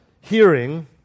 hearing